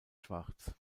schwarz